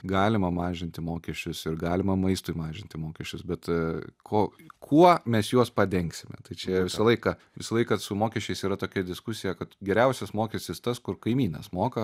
galima mažinti mokesčius ir galima maistui mažinti mokesčius bet ko kuo mes juos padengsime tai čia visą laiką visą laiką su mokesčiais yra tokia diskusija kad geriausias mokestis tas kur kaimynas moka